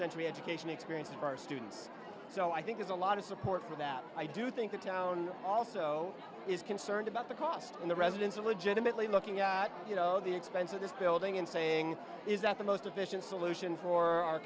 century education the experience for our students so i think is a lot of support for that i do think the town also is concerned about the cost and the residents are legitimately looking at you know the expense of this building and saying is that the most efficient solution for our